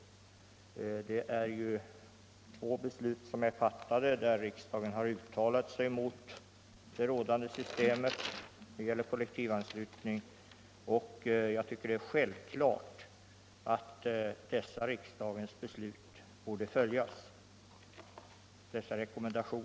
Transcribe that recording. Riksdagen har ju två gånger beslutat uttala sig mot kollektivanslutningen, och jag tycker att det är självklart att dessa riksdagens rekommendationer borde följas.